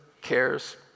cares